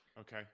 Okay